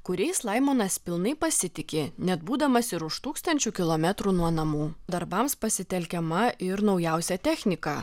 kuriais laimonas pilnai pasitiki net būdamas ir už tūkstančių kilometrų nuo namų darbams pasitelkiama ir naujausia technika